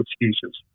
excuses